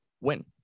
win